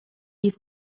leaf